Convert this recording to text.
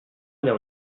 aller